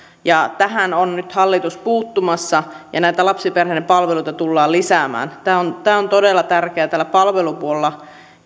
tähän on nyt hallitus puuttumassa ja näitä lapsiperheiden palveluita tullaan lisäämään tämä on tämä on todella tärkeää tällä palvelupuolella